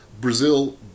Brazil